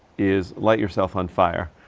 is light yourself on fire.